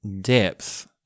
depth